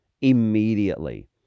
immediately